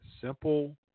simple